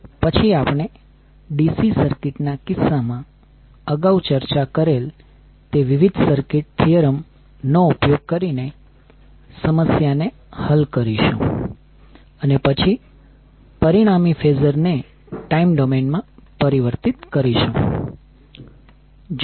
પછી આપણે DC circuit ના કિસ્સામાં અગાઉ ચર્ચા કરેલ તે વિવિધ સર્કિટ થીયરમ નો ઉપયોગ કરીને સમસ્યાને હલ કરીશું અને પછી પરિણામી ફેઝર ને ટાઇમ ડોમેઇન માં પરિવર્તિત કરીશું